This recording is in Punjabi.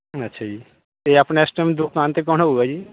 ਅੱਛਾ ਜੀ ਅਤੇ ਆਪਣਾ ਇਸ ਟੈਮ ਦੁਕਾਨ 'ਤੇ ਕੌਣ ਹੋਵੇਗਾ ਜੀ